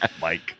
Mike